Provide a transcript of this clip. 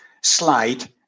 slide